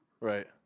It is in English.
Right